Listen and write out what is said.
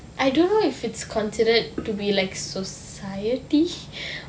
I don't know if it's considered to be like society